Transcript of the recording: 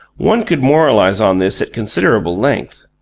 one could moralize on this at considerable length,